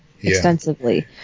extensively